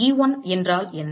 E1 என்றால் என்ன